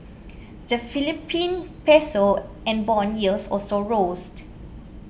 the Philippine piso and bond yields also roast